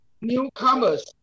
newcomers